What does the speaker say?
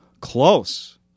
Close